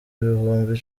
ibihumbi